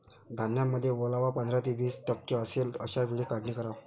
धान्यामध्ये ओलावा पंधरा ते वीस टक्के असेल अशा वेळी काढणी करावी